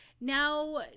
now